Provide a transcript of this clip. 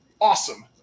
awesome